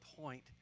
point